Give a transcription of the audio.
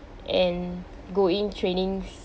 and go in training